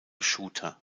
shooter